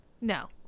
No